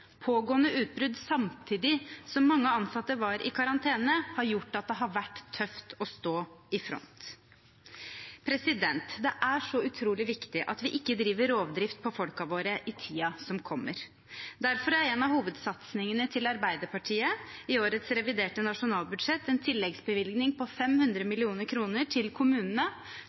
pågående utbrudd samtidig som at mange ansatte ha vært i karantene. Det har gjort at det har vært tøft å stå i front. Det er utrolig viktig at vi ikke driver rovdrift på folkene våre i tiden som kommer. Derfor er en av Arbeiderpartiets hovedsatsinger i årets reviderte nasjonalbudsjett en tilleggsbevilgning på 500 mill. kr til kommunene,